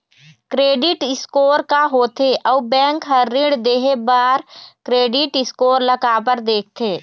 Credit score का होथे अउ बैंक हर ऋण देहे बार क्रेडिट स्कोर ला काबर देखते?